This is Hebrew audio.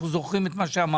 אנחנו זוכרים את מה שאמרת.